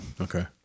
Okay